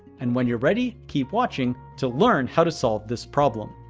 and when you're ready, keep watching to learn how to solve this problem.